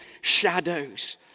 shadows